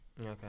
Okay